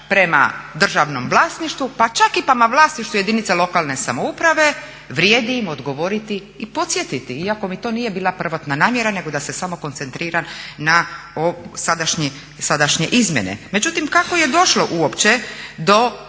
prema državnom vlasništvu pa čak i prema vlasništvu jedinica lokalne samouprave vrijedi im odgovoriti i podsjetiti iako mi to nije bila prvotna namjera nego da se samo koncentriram na sadašnje izmjene. Međutim, kako je došlo uopće do